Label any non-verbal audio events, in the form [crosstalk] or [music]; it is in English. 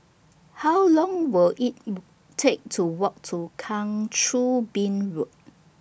How Long Will IT [noise] Take to Walk to Kang Choo Bin Road